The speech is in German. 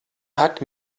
hat